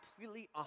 completely